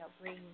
bring